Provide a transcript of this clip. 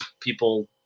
people